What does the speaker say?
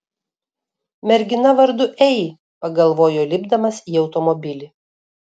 mergina vardu ei pagalvojo lipdamas į automobilį